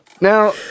Now